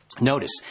Notice